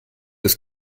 des